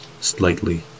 slightly